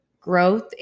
growth